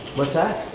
what's that?